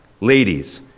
ladies